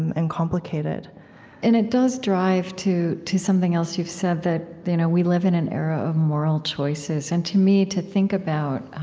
and complicated and it does drive to to something else you've said, that you know we live in an era of moral choices. and to me, to think about,